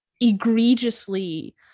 egregiously